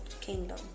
kingdom